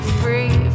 free